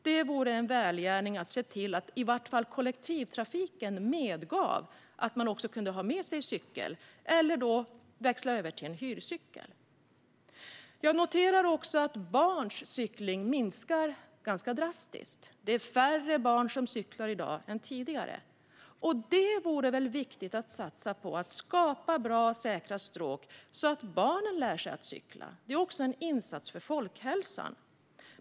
Det vore en välgärning att se till att i alla fall kollektivtrafiken medgav att man kunde ha med sig cykel eller att man kunde växla över till en hyrcykel. Jag noterar att barns cykling minskar ganska drastiskt. Det är färre barn som cyklar i dag än tidigare. Det vore väl viktigt att satsa på att skapa bra och säkra stråk, så att barnen lär sig att cykla? Det skulle också vara en insats för folkhälsan.